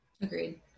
Agreed